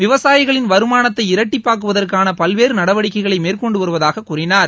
விவசாயிகளின் வருமானத்தை இரட்டிப்பாக்குவதற்கான பல்வேறு நடவடிக்கைகளை மேற்கொண்டு வருவதாக திரு கட்கரி கூறினார்